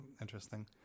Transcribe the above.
interesting